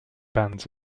bands